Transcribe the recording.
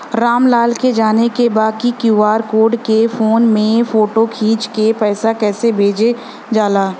राम लाल के जाने के बा की क्यू.आर कोड के फोन में फोटो खींच के पैसा कैसे भेजे जाला?